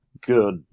good